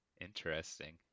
interesting